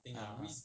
ah ah